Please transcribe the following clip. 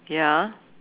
ya